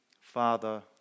Father